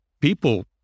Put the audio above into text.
people